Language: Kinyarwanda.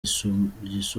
ryisumbuye